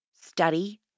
study